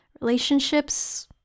relationships